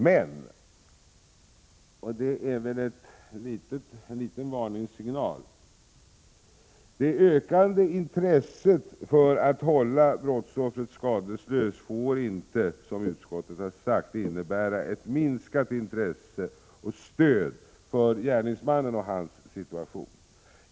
Men — och det är väl en liten varningssignal — det ökande intresset för att hålla brottsoffret skadeslöst får inte, som utskottet har sagt, innebära ett minskat intresse och sämre stöd för gärningsmannen och hans situation.